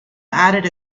added